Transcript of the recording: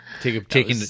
taking